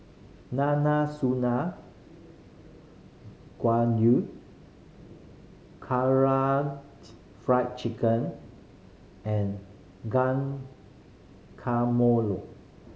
Gayu Karaage Fried Chicken and Guacamole